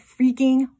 freaking